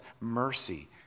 mercy